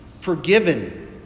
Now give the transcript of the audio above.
forgiven